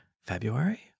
February